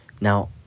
Now